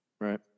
right